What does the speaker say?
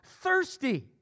thirsty